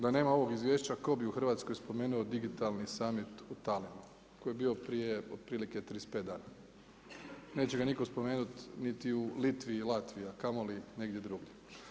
Da nema ovog izvješća tko bi u Hrvatskoj spomenuo Digitalni samit u Tallinnu koji je bio otprilike prije 35 dana. neće ga nitko spomenuti niti u Litvi i Latviji, a kamoli negdje drugdje.